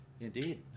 Indeed